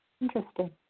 Interesting